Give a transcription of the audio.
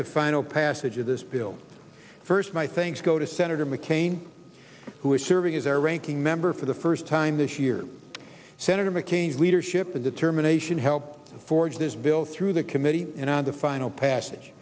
to final passage of this bill first my thanks go to senator mccain who is serving as our ranking member for the first time this year senator mccain's leadership the determination helped forge this bill through the committee and i the final passage